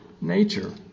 nature